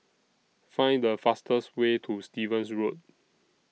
Find The fastest Way to Stevens Road